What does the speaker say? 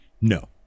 No